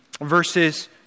verses